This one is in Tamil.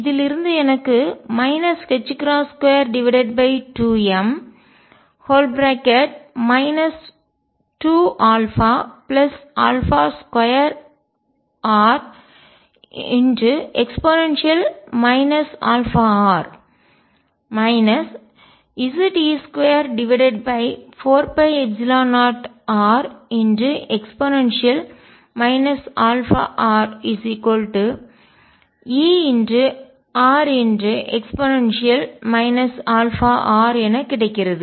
இதிலிருந்து எனக்கு 22m 2α2re αr Ze24π0re αrEre αr என கிடைக்கிறது